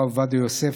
הרב עובדיה יוסף,